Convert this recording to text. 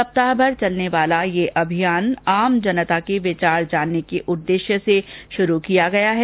सप्ताहभर चलने वाला यह अभियान आम जनता के विचार जानने के उद्देश्य से शुरू किया गया है